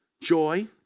joy